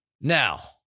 Now